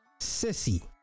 sissy